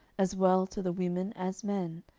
as well to the women as men,